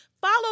follow